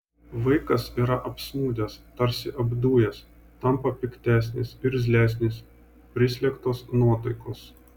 vaikas yra apsnūdęs tarsi apdujęs tampa piktesnis irzlesnis prislėgtos nuotaikos